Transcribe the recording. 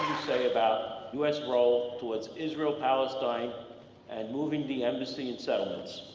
say about us role towards israel-palestine, and moving the embassy and settlements?